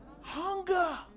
Hunger